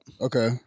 Okay